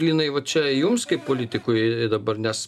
linai va čia jums kaip politikui dabar nes